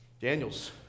Daniel's